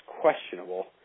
questionable